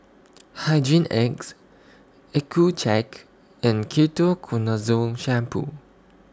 Hygin X Accucheck and Ketoconazole Shampoo